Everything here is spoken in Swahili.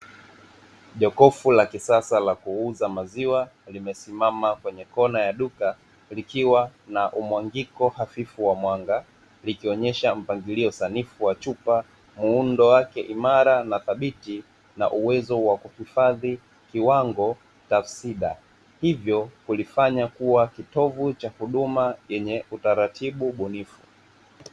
Jokofu la kisasa la kuuza maziwa limesimama kwenye kona ya duka likiwa na umwangiko hafifu wa mwanga, likionyesha mpangilio sanifu wa chupa, muundo wake imara na thabiti na uwezo wa kuhifadhi kiwango tafsida. Hivyo kulifanya kuwa kitovu cha huduma yenye utaratibu bunifu.